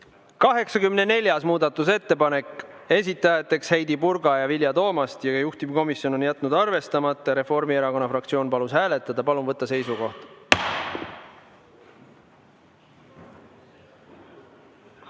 84. muudatusettepanek, esitajad Heidy Purga ja Vilja Toomast, juhtivkomisjon on jätnud selle arvestamata. Reformierakonna fraktsioon palus seda hääletada. Palun võtta seisukoht!